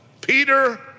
Peter